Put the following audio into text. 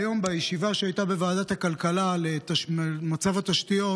היום בישיבה שהייתה בוועדת הכלכלה על מצב התשתיות,